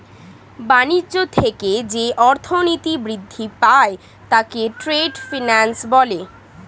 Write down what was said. বাণিজ্য থেকে যে অর্থনীতি বৃদ্ধি পায় তাকে ট্রেড ফিন্যান্স বলে